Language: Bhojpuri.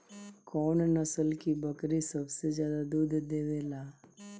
कौन नस्ल की बकरी सबसे ज्यादा दूध देवेले?